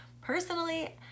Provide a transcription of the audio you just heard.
Personally